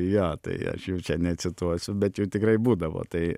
jo tai aš jau čia necituosiu bet jų tikrai būdavo tai